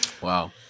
Wow